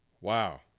Wow